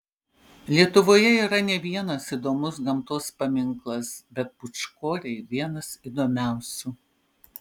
lietuvoje yra ne vienas įdomus gamtos paminklas bet pūčkoriai vienas įdomiausių